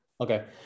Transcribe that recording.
Okay